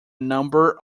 number